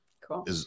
cool